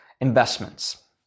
investments